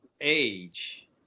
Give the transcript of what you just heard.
age